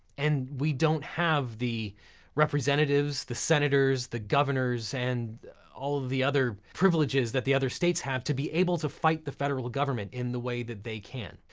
and we don't have the representatives, the senators, the governors and all of the other privileges that the other states have to be able to fight the federal government in the way that they can.